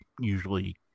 usually